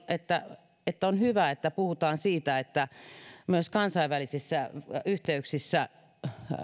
että että on hyvä että puhutaan siitä että myös kansainvälisissä yhteyksissä